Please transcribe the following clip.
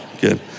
good